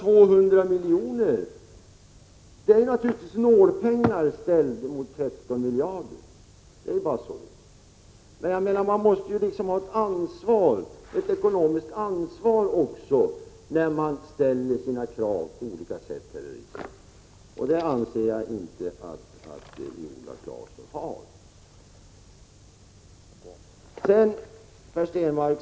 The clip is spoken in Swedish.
200 miljoner är naturligtvis nålpengar, ställt mot 13 miljarder, men man måste ju ha ett ekonomiskt ansvar när man ställer sina krav här i riksdagen, och det anser jag inte att Viola Claesson har.